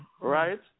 Right